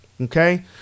Okay